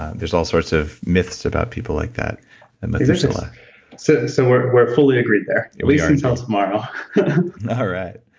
there's all sorts of myths about people like that and like ah so so we're we're fully agreed there at least until tomorrow all right,